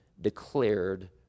declared